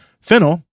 Fennel